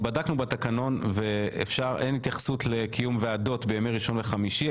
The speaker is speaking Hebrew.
בדקנו בתקנון ואין התייחסות לקיום ועדות בימי ראשון וחמישי,